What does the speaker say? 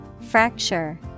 Fracture